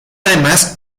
además